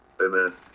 Amen